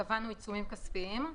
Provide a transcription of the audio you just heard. קבענו עיצומים כספיים.